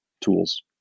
tools